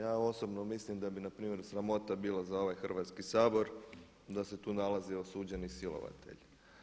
Ja osobno mislim da bi npr. sramota bila za ovaj Hrvatski sabor da se tu nalazi osuđeni silovatelj.